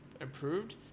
improved